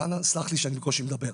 אנא סלח לי שאני בקושי מדבר.